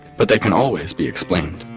but they can always be explained